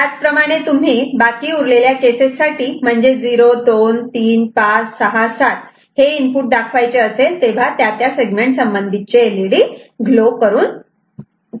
याचप्रमाणे बाकी उरलेल्या केसेस साठी म्हणजे म्हणजेच जेव्हा 0 2 3 5 6 7 हे इनपुट दाखवायचे असेल तेव्हा त्या त्या सेगमेंट संबंधितचे एलईडी ग्लो होतील